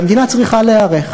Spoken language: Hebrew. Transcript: והמדינה צריכה להיערך.